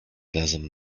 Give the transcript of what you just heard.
razem